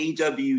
aw